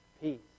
peace